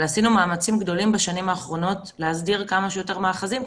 אבל עשינו מאמצים גדולים בשנים האחרונות להסדיר כמה שיותר מאחזים,